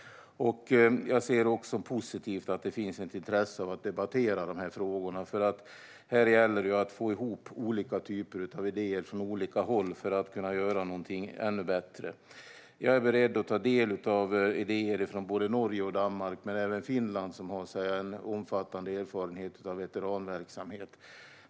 Jag ser positivt på att det finns ett intresse av att debattera dessa frågor. Här gäller det att få ihop olika typer av idéer från olika håll för att kunna göra något ännu bättre. Jag är beredd att ta del av idéer från både Norge och Danmark men även från Finland, som har en omfattande erfarenhet av veteranverksamhet.